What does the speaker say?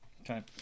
Okay